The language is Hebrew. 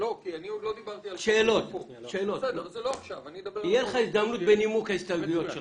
תהיה לך הזדמנות בנימוק ההסתייגויות שלך.